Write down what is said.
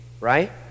right